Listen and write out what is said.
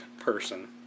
person